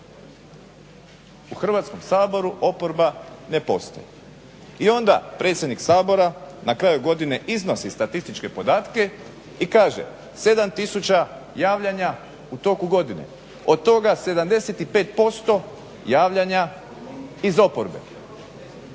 „U Hrvatskom saboru oporba ne postoji.“ i onda predsjednik na kraju godine iznosi statističke podatke i kaže 7 tisuća javljanja u toku godine, od toga 75% javljanja iz oporbe,